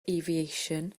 aviation